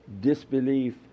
disbelief